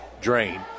Drain